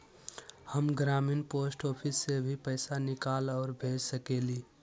हम ग्रामीण post office से भी पैसा निकाल और भेज सकेली?